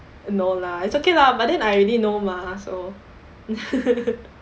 no lah it's okay lah but then I already know mah so